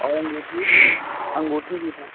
और अंगूठी अंगूठी भी तो